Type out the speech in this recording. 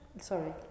Sorry